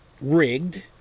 rigged